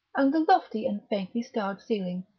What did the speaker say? and the lofty and faintly starred ceiling,